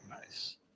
nice